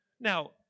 Now